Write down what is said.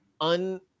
un-